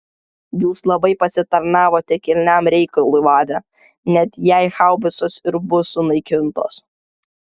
jūs labai pasitarnavote kilniam reikalui vade net jei haubicos ir bus sunaikintos